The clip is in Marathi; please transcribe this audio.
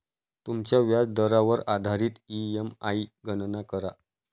तुमच्या व्याजदरावर आधारित ई.एम.आई गणना करा